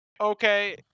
okay